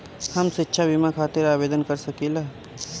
हम शिक्षा बीमा खातिर आवेदन कर सकिला?